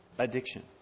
Addiction